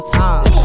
time